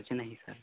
कुछ नही सर